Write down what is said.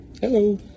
Hello